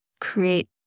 create